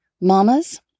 Mamas